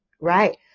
right